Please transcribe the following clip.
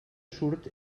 surt